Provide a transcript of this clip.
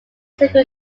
single